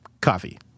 coffee